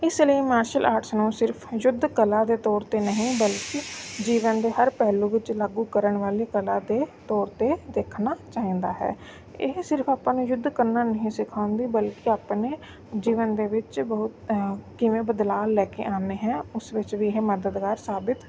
ਇਸ ਲਈ martial art ਨੂੰ ਸਿਰਫ ਯੁੱਧ ਕਲਾ ਦੇ ਤੌਰ 'ਤੇ ਨਹੀਂ ਬਲਕਿ ਜੀਵਨ ਦੇ ਹਰ ਪਹਿਲੂ ਵਿੱਚ ਲਾਗੂ ਕਰਨ ਵਾਲੀ ਕਲਾ ਦੇ ਤੌਰ 'ਤੇ ਦੇਖਣਾ ਚਾਹੀਦਾ ਹੈ ਇਹ ਸਿਰਫ ਆਪਾਂ ਨੂੰ ਯੁੱਧ ਕਰਨਾ ਨਹੀਂ ਸਿਖਾਉਂਦੀ ਬਲਕਿ ਆਪਣੇ ਜੀਵਨ ਦੇ ਵਿੱਚ ਬਹੁਤ ਕਿਵੇਂ ਬਦਲਾਅ ਲੈ ਕੇ ਆਉਣੇ ਹੈ ਉਸ ਵਿੱਚ ਵੀ ਇਹ ਮਦਦਗਾਰ ਸਾਬਿਤ